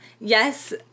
Yes